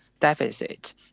deficit